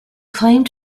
claimed